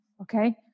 okay